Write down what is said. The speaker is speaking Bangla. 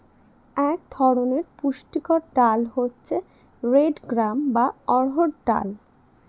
এক ধরনের পুষ্টিকর ডাল হচ্ছে রেড গ্রাম বা অড়হর ডাল